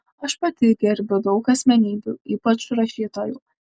aš pati gerbiu daug asmenybių ypač rašytojų